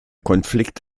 konflikt